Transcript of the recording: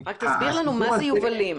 תסביר לנו מה זה יובלים.